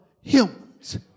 humans